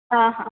ହଁ ହଁ